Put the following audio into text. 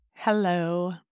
Hello